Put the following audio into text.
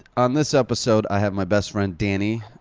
on this episode, i have my best friend, danny,